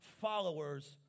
followers